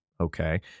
Okay